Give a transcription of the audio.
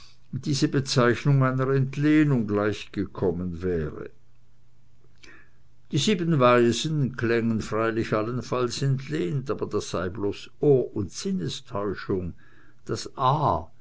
diese bezeichnung einer entlehnung gleichgekommen wäre die sieben waisen klängen freilich ebenfalls entlehnt aber das sei bloß ohr und sinnestäuschung das a